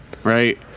right